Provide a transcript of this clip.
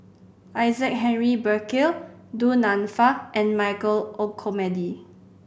Isaac Henry Burkill Du Nanfa and Michael Olcomendy